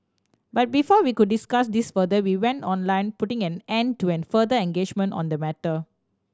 but before we could discuss this further we went online putting an end to and further engagement on the matter